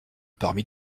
parmi